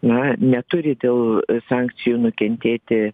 na neturi dėl sankcijų nukentėti